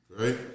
Right